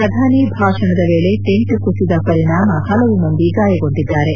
ಪ್ರಧಾನಿ ಭಾಷಣದ ವೇಳೆ ಟೆಂಟ್ ಕುಸಿದ ಪರಿಣಾಮ ಹಲವು ಮಂದಿ ಗಾಯಗೊಂಡಿದ್ದಾರೆ